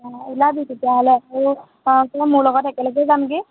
অঁ ওলাবি তেতিয়াহ'লে আৰু মোৰ লগত একেলগেই যামগৈ